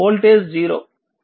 కాబట్టిCdvdt0